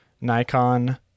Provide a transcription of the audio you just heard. Nikon